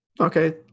Okay